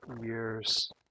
years